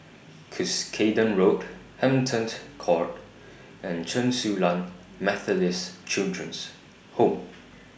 Cuscaden Road Hampton Court and Chen Su Lan Methodist Children's Home